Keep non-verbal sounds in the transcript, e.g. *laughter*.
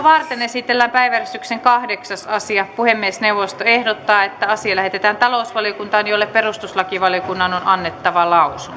*unintelligible* varten esitellään päiväjärjestyksen kahdeksas asia puhemiesneuvosto ehdottaa että asia lähetetään talousvaliokuntaan jolle perustuslakivaliokunnan on annettava lausunto